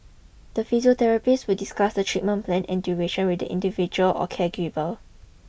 the physiotherapist would discuss the treatment plan and duration with the individual or caregiver